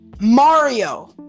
Mario